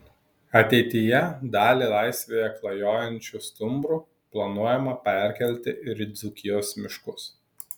ateityje dalį laisvėje klajojančių stumbrų planuojama perkelti ir į dzūkijos miškus